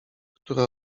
które